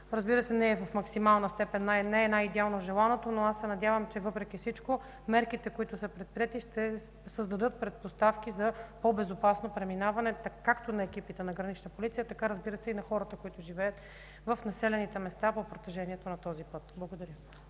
Разбира се, не е най-идеално желаното, но аз се надявам, че въпреки всичко мерките, които са предприети, ще създадат предпоставки за по-безопасно преминаване както на екипите на „Гранична полиция”, така и на хората, които живеят в населените места по протежението на този път. Благодаря.